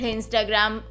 Instagram